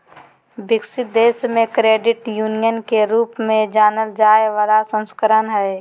विकसित देश मे क्रेडिट यूनियन के रूप में जानल जाय बला संस्करण हइ